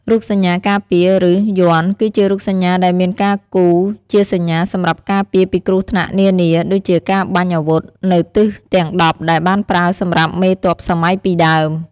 រូបសញ្ញាការពារ ឬ "យ័ន្ត" គឺជារូបសញ្ញាដែលមានការគូរជាសញ្ញាសម្រាប់ការពារពីគ្រោះថ្នាក់នានា ដូចជាការបាញ់អាវុធនៅទិសទាំងដប់ដែលបានប្រើសម្រាប់មេទ័ពសម័យពីដើម។